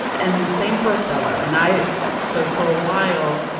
and same for othello. and i so for a while,